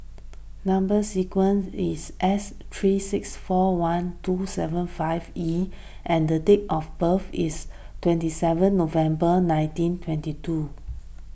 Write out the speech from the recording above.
Number Sequence is S three six four one two seven five E and date of birth is twenty seven November nineteen twenty two